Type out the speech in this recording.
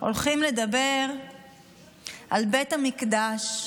הולכים לדבר על בית המקדש,